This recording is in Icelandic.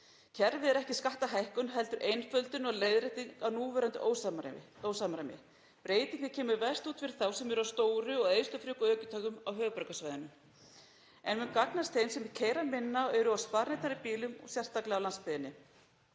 Kerfið er ekki skattahækkun heldur einföldun og leiðrétting á núverandi ósamræmi. Breytingin kemur verst út fyrir þá sem eru á stórum og eyðslufrekum ökutækjum á höfuðborgarsvæðinu en mun gagnast þeim sem keyra minna og eru á sparneytnari bílum og sérstaklega á landsbyggðinni.